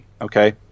okay